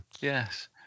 yes